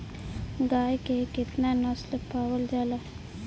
गाय के केतना नस्ल पावल जाला?